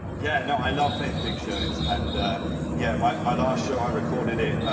yeah, no, i love playing the big shows. and yeah, my my last show, i recorded it.